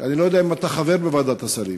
אני לא יודע אם אתה חבר בוועדת השרים,